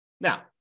Now